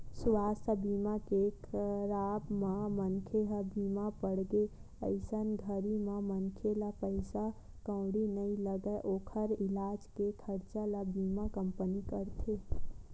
सुवास्थ बीमा के कराब म मनखे ह बीमार पड़गे अइसन घरी म मनखे ला पइसा कउड़ी नइ लगय ओखर इलाज के खरचा ल बीमा कंपनी करथे